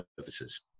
services